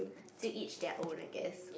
to each their own I guess